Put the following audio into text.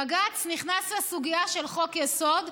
בג"ץ נכנס לסוגיה של חוק-יסוד,